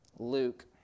Luke